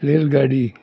रेलगाडी